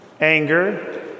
anger